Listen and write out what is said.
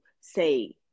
say